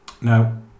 Now